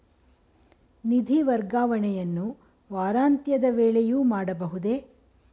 ನಿಧಿ ವರ್ಗಾವಣೆಯನ್ನು ವಾರಾಂತ್ಯದ ವೇಳೆಯೂ ಮಾಡಬಹುದೇ?